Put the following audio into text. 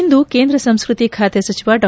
ಇಂದು ಕೇಂದ್ರ ಸಂಸ್ಕೃತಿ ಖಾತೆ ಸಚಿವ ಡಾ